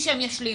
שהם ישלימו.